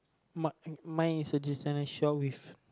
my my suggestion is short with